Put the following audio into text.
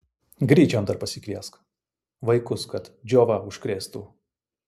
gryčion dar pasikviesk vaikus kad džiova užkrėstų